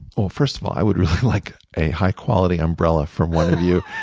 well, first of all, i would really like a high quality umbrella from one of you,